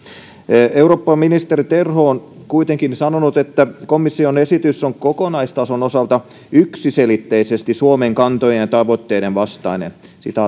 eurooppaministeri terho on kuitenkin sanonut että komission esitys on kokonaistason osalta yksiselitteisesti suomen kantojen ja tavoitteiden vastainen